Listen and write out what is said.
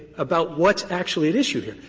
about what's actually at issue here.